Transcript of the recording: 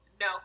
No